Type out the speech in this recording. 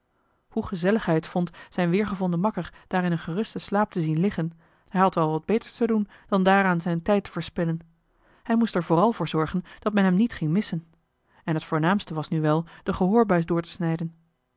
hij het vond zijn weergevonden makker daar in een gerusten slaap te zien liggen hij had wel wat beters te doen dan daaraan zijn tijd te verspillen hij moest er vooral voor zorgen dat men hem niet ging missen en het voornaamste was nu wel de gehoorbuis door te snijden